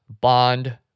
bond